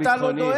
--- אתה לא דואג?